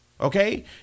Okay